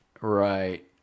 Right